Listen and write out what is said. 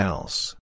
Else